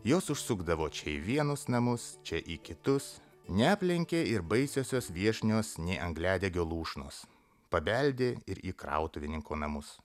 jos užsukdavo čia į vienus namus čia į kitus neaplenkė ir baisiosios viešnios nei angliadegio lūšnos pabeldė ir į krautuvininko namus